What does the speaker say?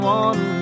one